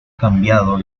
cambiado